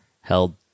held